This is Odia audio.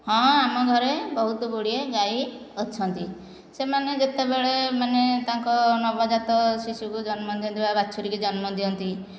ହଁ ଆମ ଘରେ ବହୁତ ଗୁଡ଼ିଏ ଗାଈ ଅଛନ୍ତି ସେମାନେ ଯେତବେଳେ ମାନେ ତାଙ୍କ ନବଜାତ ଶିଶୁକୁ ଜନ୍ମ ଦିଅନ୍ତି ବା ବାଛୁରିକୁ ଜନ୍ମ ଦିଅନ୍ତି